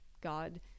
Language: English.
God